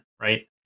right